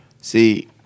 See